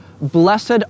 blessed